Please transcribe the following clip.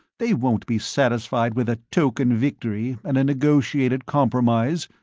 they won't be satisfied with a token victory and a negotiated compromise.